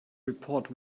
report